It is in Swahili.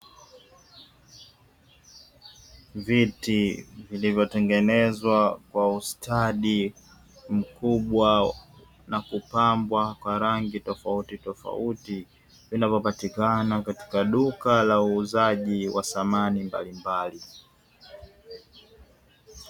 Viti vilivyotengenezwa kwa ustadi mkubwa na kupambwa kwa rangi tofautitofauti, vinavyopatikana katika duka la uuzaji wa samani mbalimbali.